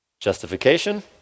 justification